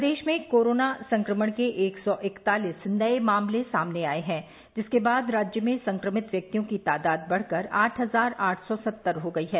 प्रदेश में कोरोना संक्रमण के एक सौ इकतालीस नए मामले सामने आए हैं जिसके बाद राज्य में संक्रमित व्यक्तियों की तादाद बढ़कर आठ हजार आठ सौ सत्तर हो गयी है